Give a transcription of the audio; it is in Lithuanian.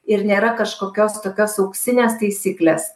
ir nėra kažkokios tokios auksinės taisyklės